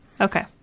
Okay